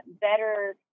better